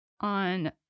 on